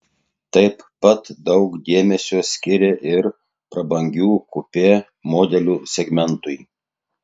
taip pat daug dėmesio skiria ir prabangių kupė modelių segmentui